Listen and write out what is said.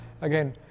again